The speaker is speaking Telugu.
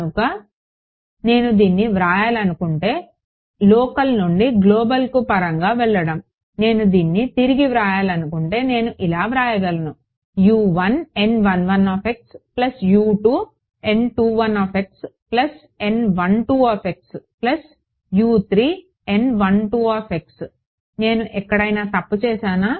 కాబట్టి నేను దీన్ని వ్రాయాలనుకుంటే లోకల్ నుండి గ్లోబల్కు పరంగా వెళ్లడం నేను దీన్ని తిరిగి వ్రాయాలనుకుంటే నేను ఇలా వ్రాయగలను నేను ఎక్కడైనా తప్పు చేశానా